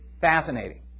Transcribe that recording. fascinating